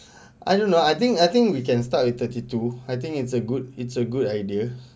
I don't know I think I think we can start with thirty two I think it's a good it's a good idea